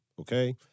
okay